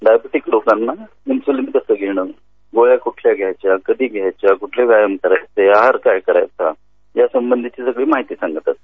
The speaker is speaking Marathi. डायबेटिक लोकांना इनश्यूलिन कसं घेणं गोळ्या कुठल्या घ्यायच्या कधी घ्यायच्या कुठले व्यायाम करायचे आहार काय करायचा यासंबंधातली सगळी माहिती सांगितली जाते